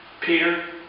Peter